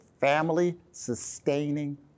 family-sustaining